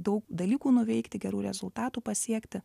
daug dalykų nuveikti gerų rezultatų pasiekti